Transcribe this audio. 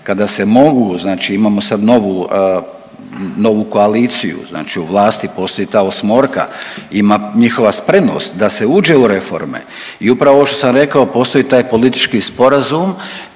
kada se mogu, znači imamo sad novu, novu koaliciju, znači u vlasti postoji ta osmorka, ima njihova spremnost da se uđe u reforme. I upravo ovo što sam rekao postoji taj politički sporazum